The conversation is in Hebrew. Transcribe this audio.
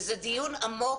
וזה דיון עמוק.